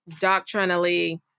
doctrinally